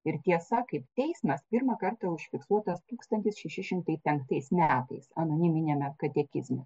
ir tiesa kaip teismas pirmą kartą užfiksuotas tūkstantis šeši šimtai penktais metais anoniminiame katekizme